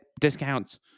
discounts